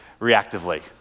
reactively